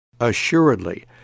Assuredly